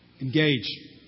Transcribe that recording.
Engage